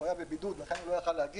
הוא בבידוד לכן הוא לא יכול היה להגיע.